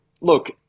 look